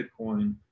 Bitcoin